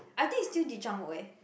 I think it's still Ji-Chang-Wook eh